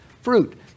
fruit